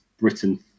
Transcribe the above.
Britain